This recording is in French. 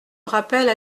rappelle